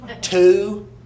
two